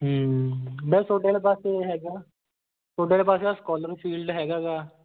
ਹਮ ਵੈਸੇ ਤੁਹਾਡੇ ਵਾਲੇ ਪਾਸੇ ਹੈਗਾ ਤੁਹਾਡੇ ਵਾਲੇ ਪਾਸੇ ਆਹ ਸਕੋਲਰ ਫੀਲਡ ਹੈਗਾ ਗਾ